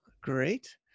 Great